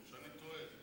או שאני טועה?